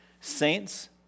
Saints